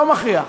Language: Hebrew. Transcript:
לא מכריח.